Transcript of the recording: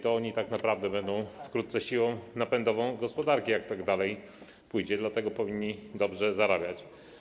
To oni tak naprawdę będą wkrótce siłą napędową gospodarki, jak tak dalej pójdzie, dlatego powinni dobrze zarabiać.